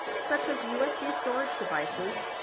such as usb storage devices,